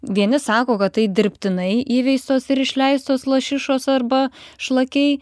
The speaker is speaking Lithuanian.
vieni sako kad tai dirbtinai įveistos ir išleistos lašišos arba šlakiai